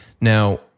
Now